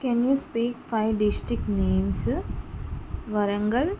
can you speak five district names Warangal